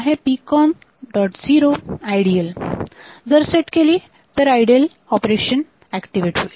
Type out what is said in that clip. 0 IDL जर set केली तर आयडल ऑपरेशन ऍक्टिव्हेट होईल